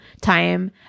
time